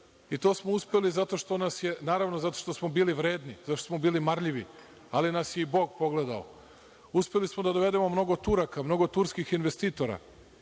i to smo uspeli zato što smo bili vredni, zato što smo bili marljivi, ali nas je i Bog pogledao. Uspeli smo da dovedemo mnogo Turaka, mnogo turskih investitora.